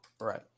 Right